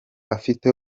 afite